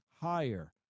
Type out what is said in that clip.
higher